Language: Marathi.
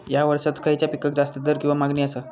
हया वर्सात खइच्या पिकाक जास्त दर किंवा मागणी आसा?